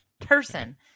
person